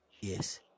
yes